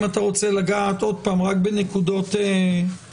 אם אתה רוצה לגעת אז רק בנקודות שחשוב